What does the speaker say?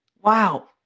Wow